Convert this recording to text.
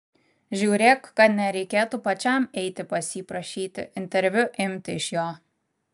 žiūrėk kad nereikėtų pačiam eiti pas jį prašyti interviu imti iš jo